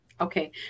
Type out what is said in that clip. Okay